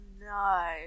No